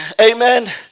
amen